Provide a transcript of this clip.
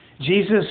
Jesus